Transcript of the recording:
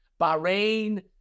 Bahrain